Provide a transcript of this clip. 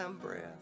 breath